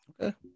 Okay